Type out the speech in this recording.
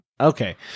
okay